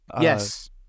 yes